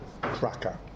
cracker